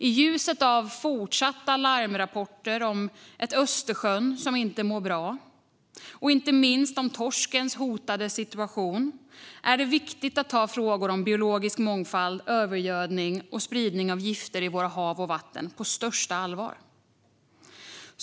I ljuset av fortsatta larmrapporter om ett Östersjön som inte mår bra och inte minst om torskens hotade situation är det viktigt att ta frågor om biologisk mångfald, övergödning och spridning av gifter i våra hav och vatten på största allvar.